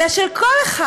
אלא של כל אחד